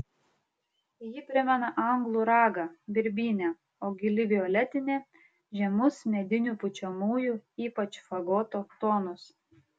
ji primena anglų ragą birbynę o gili violetinė žemus medinių pučiamųjų ypač fagoto tonus